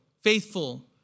faithful